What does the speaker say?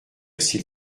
s’il